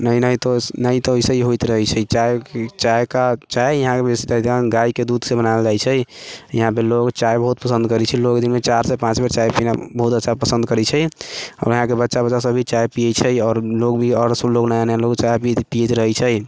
नहि नहि तो नहि तऽ अइसेही होइत रहै छै चाय चाय का चाय यहाँ गाएके दूधसँ बनायल जाइ छै ईहाँपे लोग चाय बहुत पसन्द करै छै लोग दिनमे चारिसँ पाँच बेर चाय पीना बहुत अच्छा पसन्द करै छै हमरा यहाँके बच्चा बच्चासभ भी चाय पियै छै आओर लोग भी आओर सुन लोग नया नया लोग चाय पियैत रहै छै